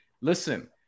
listen